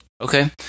Okay